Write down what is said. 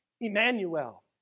Emmanuel